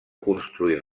construir